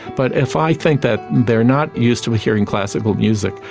but if i think that they are not used to hearing classical music,